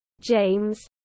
James